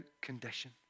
condition